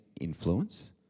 influence